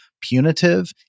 punitive